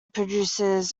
produces